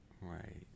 Right